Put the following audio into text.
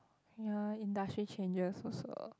ya industry changes also